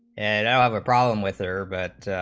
and our problem with their but